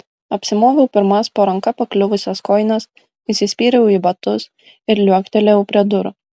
apsimoviau pirmas po ranka pakliuvusias kojines įsispyriau į batus ir liuoktelėjau prie durų